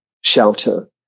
shelter